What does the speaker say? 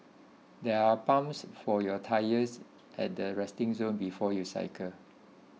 there are pumps for your tyres at the resting zone before you cycle